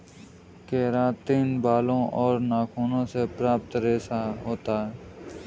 keratin बालों और नाखूनों से प्राप्त रेशा होता है